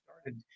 started